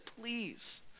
please